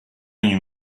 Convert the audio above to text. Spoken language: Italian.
ogni